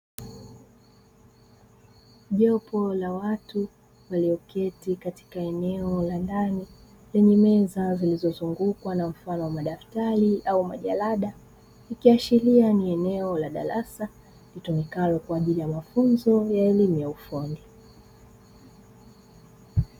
Jopo la watu walioketi katika eneo la ndani lenye meza zilizozungukw na mfano wa madftari au majalda ikiashiria ni eneo la darasa litumikalo kwa ajili ya mafunzo ya elimu ya ufundi.